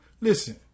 Listen